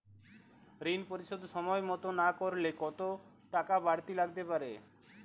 ঋন পরিশোধ সময় মতো না করলে কতো টাকা বারতি লাগতে পারে?